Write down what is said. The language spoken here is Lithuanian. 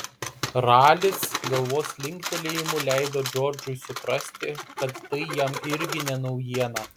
ralis galvos linktelėjimu leido džordžui suprasti kad tai jam irgi ne naujiena